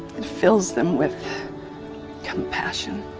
it fills them with compassion,